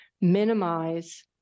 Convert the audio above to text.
minimize